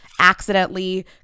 Accidentally